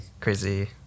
crazy